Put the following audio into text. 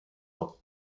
ans